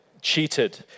cheated